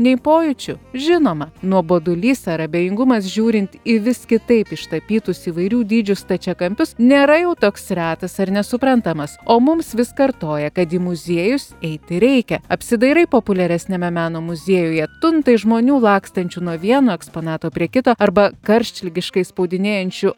nei pojūčių žinoma nuobodulys ar abejingumas žiūrint į vis kitaip ištapytus įvairių dydžių stačiakampius nėra jau toks retas ar nesuprantamas o mums vis kartoja kad į muziejus eiti reikia apsidairai populiaresniame meno muziejuje tuntai žmonių lakstančių nuo vieno eksponato prie kito arba karštligiškai spaudinėjančių